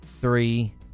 three